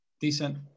Decent